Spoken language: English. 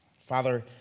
Father